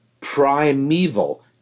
primeval